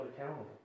accountable